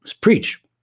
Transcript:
preach